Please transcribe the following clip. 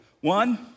One